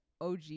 OG